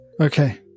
Okay